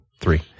three